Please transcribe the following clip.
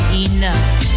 enough